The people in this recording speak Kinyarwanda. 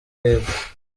y’epfo